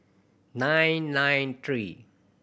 nine nine three